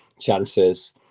chances